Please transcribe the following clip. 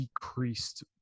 decreased